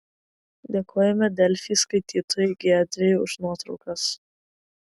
dėkojame delfi skaitytojai giedrei už nuotraukas